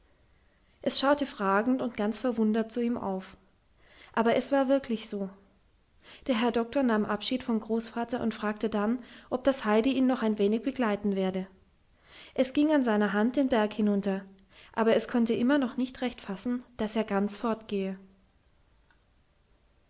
es schaute fragend und ganz verwundert zu ihm auf aber es war wirklich so der herr doktor nahm abschied vom großvater und fragte dann ob das heidi ihn noch ein wenig begleiten werde es ging an seiner hand den berg hinunter aber es konnte immer noch nicht recht fassen daß er ganz fortgehe